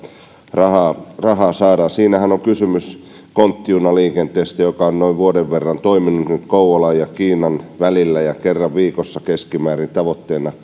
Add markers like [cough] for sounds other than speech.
rahaa rahaa saadaan siinähän on kysymys konttijunaliikenteestä joka on nyt noin vuoden verran toiminut kouvolan ja kiinan välillä kerran viikossa keskimäärin tavoitteena [unintelligible]